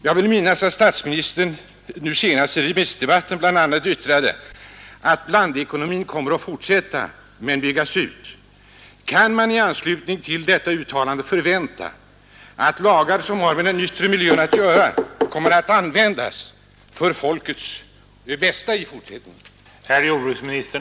Jag vill minnas att statsministern nu senast i remissdebatten bl.a. yttrade att blandekonomin kommer att fortsätta men byggas ut. Kan man i anslutning till detta uttalande förvänta att lagar som har med den yttre miljön att göra kommer att användas för folkets bästa i fortsättningen?